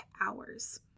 hours